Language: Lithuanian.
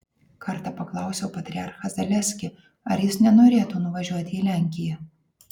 kartą paklausiau patriarchą zaleskį ar jis nenorėtų nuvažiuoti į lenkiją